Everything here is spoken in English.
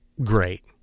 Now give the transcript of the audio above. great